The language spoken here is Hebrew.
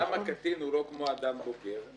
למה קטין הוא לא כמו אדם בוגר?